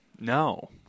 No